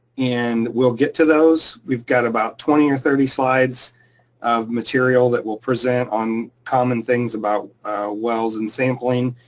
and we'll get to those. we've got about twenty or thirty slides of material that we'll present on common things about wells and sampling.